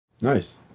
nice